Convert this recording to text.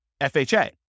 FHA